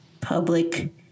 public